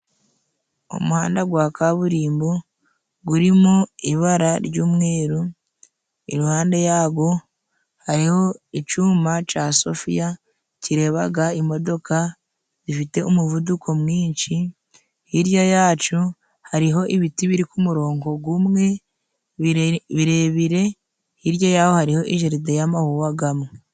Umuhanda gwa kaburimbo gurimo ibara ry'umweru, iruhande yago hariho icuma ca sofiya kirebaga imodoka zifite umuvuduko mwinshi, hirya yaco hariho ibiti biri ku murongo gumwe birebire, hirya yaho hariho ijaride y'amawuwa gamwe.